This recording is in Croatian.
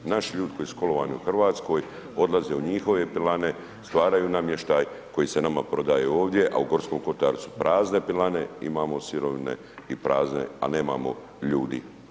Naši ljudi koji su školovani u Hrvatskoj odlaze u njihove pilane, stvaraju namještaj koji se nama prodaje ovdje, a u Gorskom kotaru su prazne pilane, imamo sirovine i prazne, a nemamo ljudi.